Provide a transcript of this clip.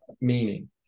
meaning